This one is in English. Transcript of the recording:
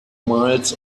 miles